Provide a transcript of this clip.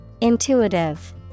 Intuitive